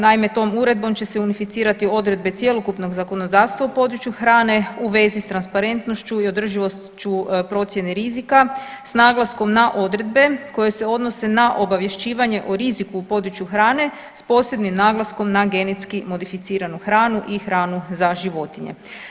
Naime, tom uredbom će se unificirati odredbe cjelokupnog zakonodavstva u području hrane u vezi sa transparentnošću i održivošću procjene rizika s naglaskom na odredbe koje se odnose na obavješćivanje o riziku u području hrane s posebnim naglaskom na genetski modificiranu hranu i hranu za životinje.